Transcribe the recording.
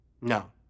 No